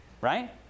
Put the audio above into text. right